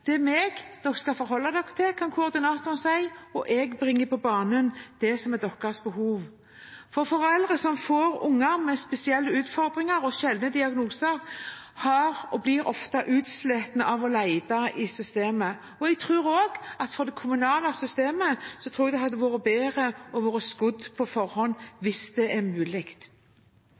er meg dere skal forholde dere til», kan koordinatoren si, «og jeg bringer på banen det som er deres behov», for foreldre som får barn med spesielle utfordringer og sjeldne diagnoser, blir ofte utslitt av å lete i systemet. Jeg tror også det hadde vært bedre for det kommunale systemet å være skodd på forhånd, hvis det er mulig.